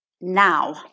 now